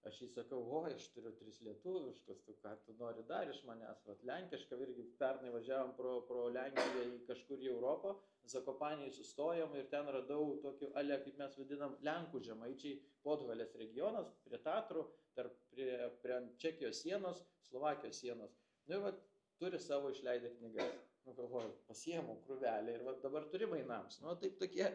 aš jai sakau oj aš turiu tris lietuviškus tu ką tu nori dar iš manęs lenkišką irgi pernai važiavom pro pro lenkiją į kažkur į europą zakopanėj sustojom ir ten radau tokį a lia kaip mes vadinam lenkų žemaičiai podhalės regionas prie tatrų tarp prie prien čekijos sienos slovakijos sienos nu vat turi savo išleidę knygas nu galvoju pasiemu krūvelę ir va dabar turi mainams nu va taip tokie